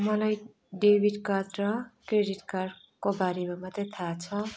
मलाई debit card र credit कार्डको बारेमा मात्रै थाहा छ